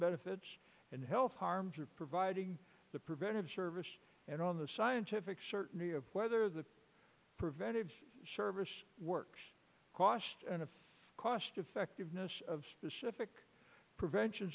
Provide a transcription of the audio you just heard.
benefits and health harms of providing the preventive services and on the scientific certainty of whether the preventive service works cost and of cost effectiveness of specific prevention